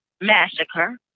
Massacre